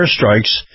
airstrikes